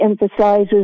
emphasizes